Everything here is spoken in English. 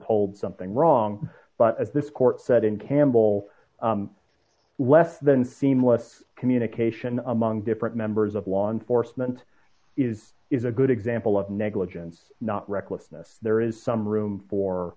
told something wrong but at this court said in campbell less than seamless communication among different members of law enforcement is is a good example of negligence not recklessness there is some room for